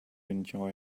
enjoy